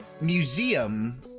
museum